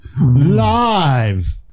live